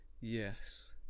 Yes